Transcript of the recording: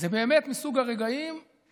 זה באמת מסוג הרגעים שבהם